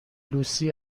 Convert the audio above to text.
لوسی